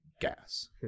gas